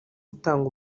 utanga